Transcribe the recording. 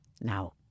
Now